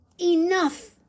Enough